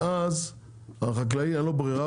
ואז החקלאי אין לו ברירה,